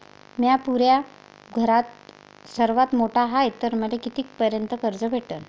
म्या पुऱ्या घरात सर्वांत मोठा हाय तर मले किती पर्यंत कर्ज भेटन?